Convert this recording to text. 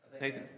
Nathan